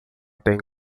tem